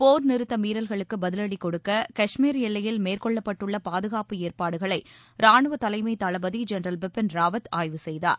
போர் நிறுத்த மீறல்களுக்கு பதிவடி கொடுக்க கஷ்மீர் எல்லையில் மேற்கொள்ளப்பட்டுள்ள பாதுகாப்பு ஏற்பாடுகளை ராணுவத் தலைமை தளபதி ஜென்ரல் பிபின் ராவத் ஆய்வு செய்துள்ளார்